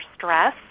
stress